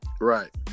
Right